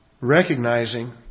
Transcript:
recognizing